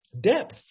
depth